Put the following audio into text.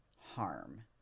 harm